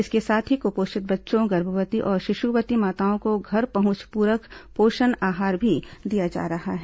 इसके साथ ही कुपोषित बच्चों गर्भवती और शिशुवती माताओं को घर पहुंच पूरक पोषण आहार भी दिया जा रहा है